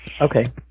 Okay